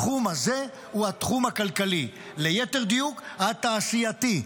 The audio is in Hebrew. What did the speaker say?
התחום הזה הוא התחום הכלכלי, ליתר דיוק, התעשייתי.